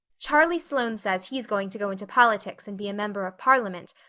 charlie sloane says he's going to go into politics and be a member of parliament,